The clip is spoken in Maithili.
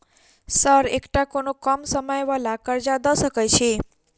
सर एकटा कोनो कम समय वला कर्जा दऽ सकै छी?